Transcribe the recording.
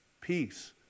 peace